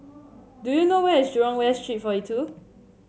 do you know where is Jurong West Street forty two